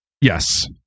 Yes